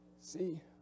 see